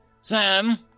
Sam